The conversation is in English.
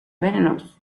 venomous